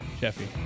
Jeffy